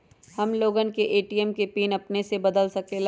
हम लोगन ए.टी.एम के पिन अपने से बदल सकेला?